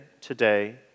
today